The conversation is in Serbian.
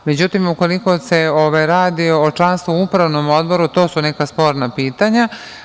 Međutim, ukoliko se radi o članstvu u upravnom odboru, to su neka sporna pitanja.